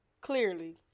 Clearly